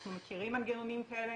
אנחנו מכירים מנגנונים כאלה,